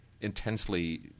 intensely